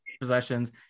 possessions –